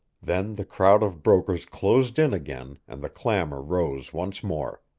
then the crowd of brokers closed in again and the clamor rose once more.